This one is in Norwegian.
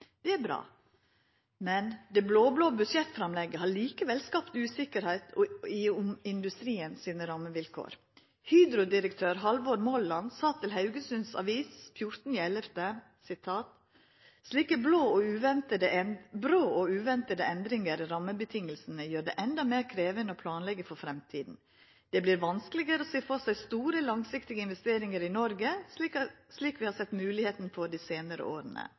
Det er bra, men det blå-blå budsjettframlegget har likevel skapt usikkerheit om industrien sine rammevilkår. Hydro-direktør Halvor Molland sa til Haugesunds Avis 14. november: «Slike brå og uventede endringer i rammebetingelsene gjør det enda mer krevende å planlegge for fremtiden. Det blir vanskeligere å se for seg store, langsiktige investeringer i Norge – slik vi har sett muligheter for de senere årene.»